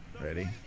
ready